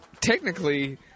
technically